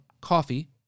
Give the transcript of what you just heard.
coffee